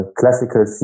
classical